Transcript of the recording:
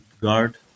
guard